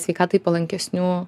sveikatai palankesnių